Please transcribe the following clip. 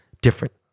different